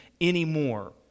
anymore